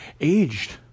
aged